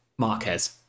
marquez